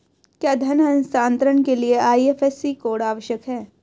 क्या धन हस्तांतरण के लिए आई.एफ.एस.सी कोड आवश्यक है?